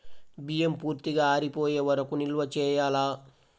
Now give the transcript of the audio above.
బియ్యం పూర్తిగా ఆరిపోయే వరకు నిల్వ చేయాలా?